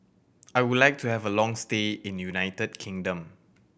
I would like to have a long stay in United Kingdom